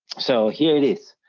so here it is,